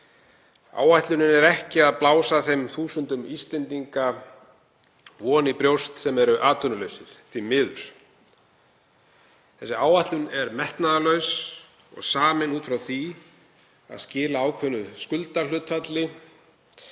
Áætlunin blæs ekki þeim þúsundum Íslendinga von í brjóst sem eru atvinnulausir, því miður. Þessi áætlun er metnaðarlaus og samin út frá því að skila ákveðnu skuldahlutfalli,